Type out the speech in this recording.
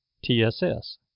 tss